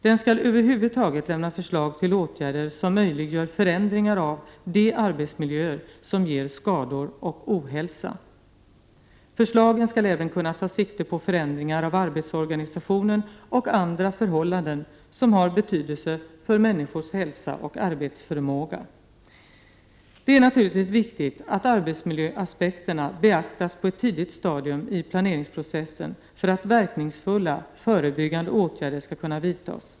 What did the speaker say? Den skall över huvud taget lämna förslag till åtgärder som möjliggör förändringar av de arbetsmiljöer som ger skador och ohälsa. Förslagen skall även kunna ta sikte på förändringar av arbetsorganisationen och andra förhållanden som har betydelse för människors hälsa och arbetsförmåga. Det är naturligtvis viktigt att arbetsmiljöaspekterna beaktas på ett tidigt stadium i planeringsprocessen för att verkningsfulla förebyggande åtgärder skall kunna vidtas.